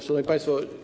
Szanowni Państwo!